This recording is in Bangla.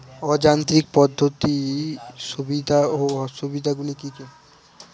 অযান্ত্রিক পদ্ধতির সুবিধা ও অসুবিধা গুলি কি কি?